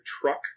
truck